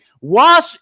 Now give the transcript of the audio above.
wash